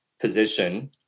position